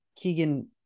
Keegan